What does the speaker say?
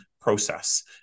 process